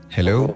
Hello